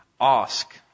ask